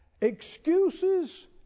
Excuses